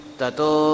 tato